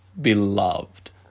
beloved